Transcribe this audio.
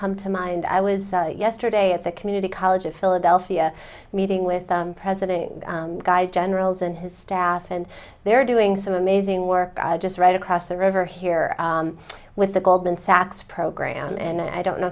come to mind i was yesterday at the community college of philadelphia meeting with president generals and his staff and they're doing some amazing work just right across the river here with the goldman sachs program and i don't know